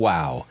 Wow